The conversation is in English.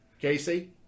Casey